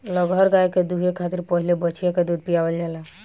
लगहर गाय के दूहे खातिर पहिले बछिया के दूध पियावल जाला